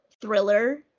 thriller